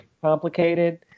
complicated